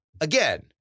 Again